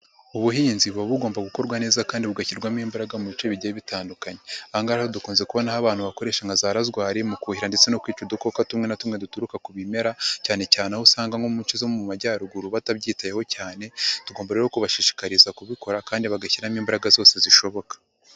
Ubuhinzi buba bugomba gukorwa neza kandi bugashyirwamo imbaraga mu bice bigiye bitandukanye. Aha ngaha rero dukunze kubona aho abantu bakoresha nka za roswari mu kuhira ndetse no kwica udukoko tumwe na tumwe duturuka ku bimera, cyane cyane aho usanga nko mu ncye zo mu majyaruguru batabyitayeho cyane, tugomba rero kubashishikariza kubikora kandi bagashyiramo imbaraga zose zishoboka.